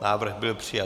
Návrh byl přijat.